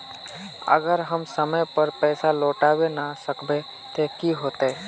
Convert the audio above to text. अगर हम समय पर पैसा लौटावे ना सकबे ते की होते?